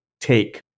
take